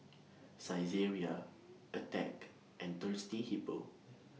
Saizeriya Attack and Thirsty Hippo